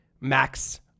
Max